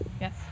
Yes